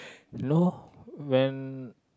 no when